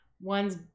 One's